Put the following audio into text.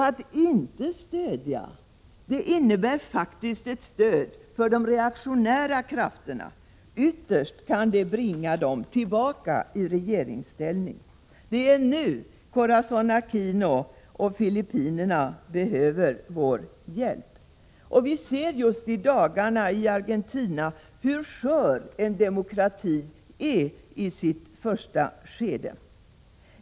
Att inte stödja innebär faktiskt ett stöd för de reaktionära krafterna. Ytterst kan det bringa dem tillbaka i regeringsställning. Det är nu Corazon Acquino och Filippinerna behöver vår hjälp. Vi ser just i dagarna i Argentina hur skör en demokrati är i sitt första skede.